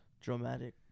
Dramatic